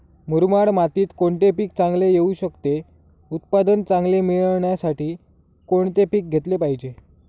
मुरमाड मातीत कोणते पीक चांगले येऊ शकते? उत्पादन चांगले मिळण्यासाठी कोणते पीक घेतले पाहिजे?